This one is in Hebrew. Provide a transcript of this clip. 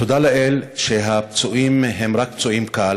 תודה לאל שהפצועים הם רק פצועים קל.